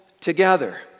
together